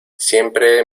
siempre